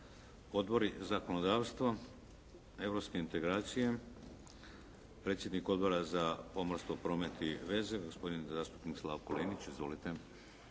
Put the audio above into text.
Odbori, zakonodavstvo, europske integracije? Predsjednik Odbora za pomorstvo, promet i veze gospodin zastupnik Slavko Linić. Izvolite.